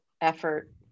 effort